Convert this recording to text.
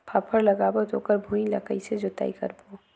फाफण लगाबो ता ओकर भुईं ला कइसे जोताई करबो?